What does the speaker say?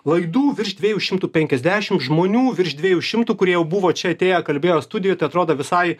laidų virš dviejų šimtų penkiasdešimt žmonių virš dviejų šimtų kurie jau buvo čia atėję kalbėjo studijoj tai atrodo visai